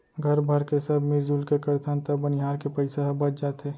घर भरके सब मिरजुल के करथन त बनिहार के पइसा ह बच जाथे